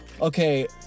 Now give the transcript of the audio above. Okay